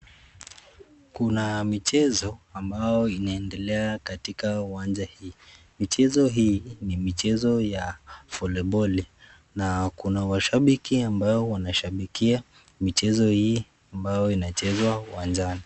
Kuna michezo ambayo inaendelea katika uwanja hii. Michezo hii ni michezo ya voliboli. Na kuna mashabiki ambao wanashabikia michezo hii ambayo inachezwa uwanjani.